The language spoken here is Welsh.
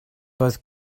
doedd